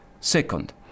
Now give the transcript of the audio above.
Second